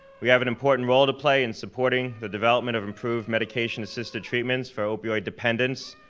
we have an important role to play in supporting the development of improved medication-assisted treatments for opioid dependents,